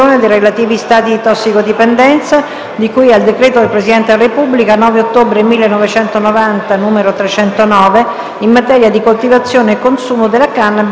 di cui al decreto del Presidente della Repubblica 9 ottobre 1990, n. 309, in materia di coltivazione e consumo della*** **cannabis *e dei suoi derivati per uso terapeutico***